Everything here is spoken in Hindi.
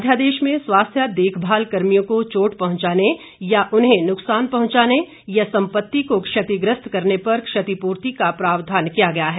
अध्यादेश में स्वास्थ्य देखभाल कर्मियों को चोट पहुंचाने या उन्हें नुकसान पहुंचाने या संपत्ति को क्षतिग्रस्त करने पर क्षतिपूर्ति का प्रावधान किया गया है